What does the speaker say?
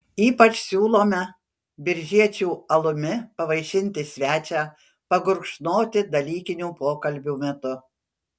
ypač siūlome biržiečių alumi pavaišinti svečią pagurkšnoti dalykinių pokalbių metu